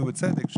ובצדק,